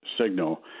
signal